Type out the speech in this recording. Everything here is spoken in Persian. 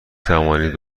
توانید